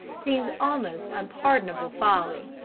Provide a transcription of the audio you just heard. seems almost unpardonable folly.